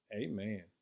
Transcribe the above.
amen